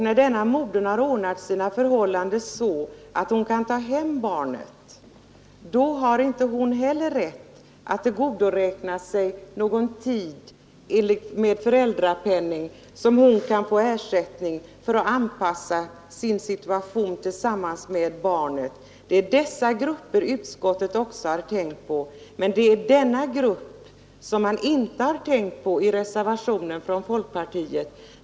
När modern sedan har ordnat sina förhållanden så att hon kan ta hem barnet har inte heller hon rätt till föräldrapenning under den tid hon kan behöva för att anpassa sig till den nya situationen tillsammans med barnet. Det är dessa grupper som utskottet har tänkt på. Men dem har man inte tänkt på i reservationen från folkpartiet.